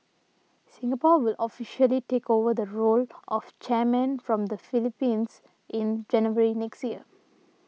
Singapore will officially take over the role of chairman from the Philippines in January next year